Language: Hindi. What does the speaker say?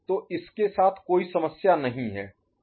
तो इसके साथ कोई समस्या नहीं है